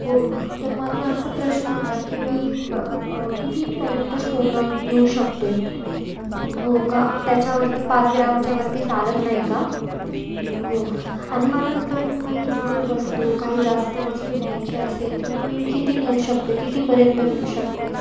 हो तर माझं असं प्रश्न होता की मी कितीपर्यंत सोनं नेऊ शकते हो का त्याच्यावरती पाच ग्रामच्यावरती चालत नाही का हो आणि मला जर काही जड वस्तू काही जास्त वस्तू न्यायची असेल तर मग मी किती नेऊ शकते कितीपर्यंत नेऊ शकते